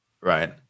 right